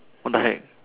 what the heck